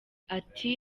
ati